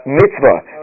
mitzvah